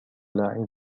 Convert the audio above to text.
لاعب